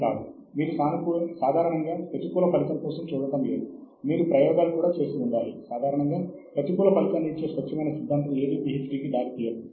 కాబట్టి సాహిత్య శోధన ప్రారంభంలోనే కాకుండా పరిశోధన చేస్తున్న సమయంలో కూడా చేయాలి